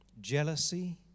jealousy